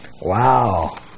Wow